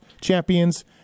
champions